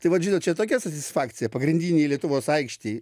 tai vat žinot čia tokia satisfakcija pagrindinėj lietuvos aikštėj